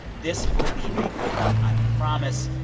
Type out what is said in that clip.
this will be a good one, i promise.